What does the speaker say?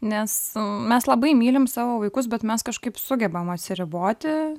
nes mes labai mylim savo vaikus bet mes kažkaip sugebam atsiriboti